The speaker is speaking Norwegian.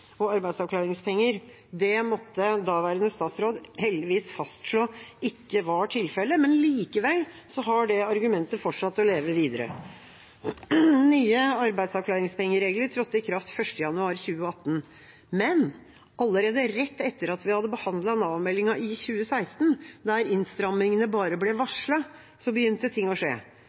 og arbeidsavklaringspenger. Det måtte daværende statsråd heldigvis fastslå ikke var tilfellet. Likevel har det argumentet fortsatt å leve videre. Nye arbeidsavklaringspengeregler trådte i kraft 1. januar 2018, men allerede rett etter at vi hadde behandlet Nav-meldinga i 2016, der innstrammingene bare ble varslet, begynte ting å skje.